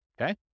okay